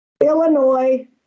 Illinois